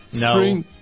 No